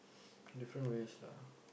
different ways lah